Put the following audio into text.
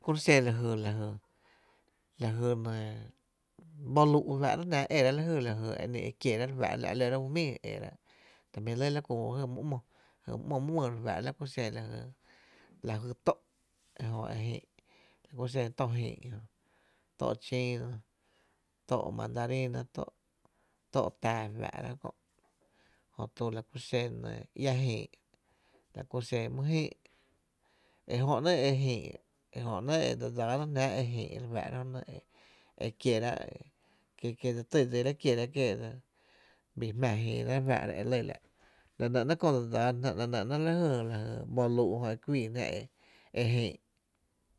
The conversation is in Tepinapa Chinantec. La kuro’ xen lajy, lajy boluu’ faa’rá’ jnáá’ e eráá’ lajy e ï’ e kieráá’ re faa’ra la’ lorá’ jnáá’ ju jmíi e erá’ ta jmí’ lɇ la ku my ‘mo jy my ‘mo my wÿ re fáá’ra la ku xen la jy, lajy tó’ ejö e jïï’ la ku xen tó jïï’ Tó’ chiino, tó’ mandarina tó’ tⱥⱥ fáa’rá’ kö’ jötu la ku xen iä Jii’ la ku xen my jïï, ejö ‘néé’ e jïï’ ejö ‘néé’ e dse dsáá náá’ jnáá’ ejïï re faa’ra jonɇ e ekieráá’ ki ki dse ty dsiráá’ kierá’ ekie dse bii jmⱥ jïï náá’ re fáá’ra e lɇ la’ la nɇ ‘néé’ köö dse dsaana jná e nɇ néé’ la jy boluu’ jö e kuii jná e jïï’.